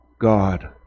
God